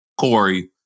Corey